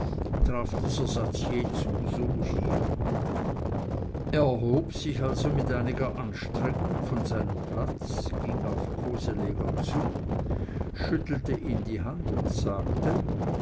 traf dieser satz je zu so hier er erhob sich also mit einiger anstrengung von seinem platz ging auf koseleger zu schüttelte ihm die hand und sagte